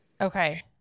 Okay